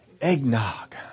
Eggnog